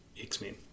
x-men